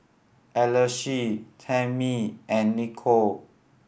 Alesha Tamie and Nichol